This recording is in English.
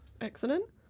Excellent